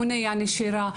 מונע נשירה,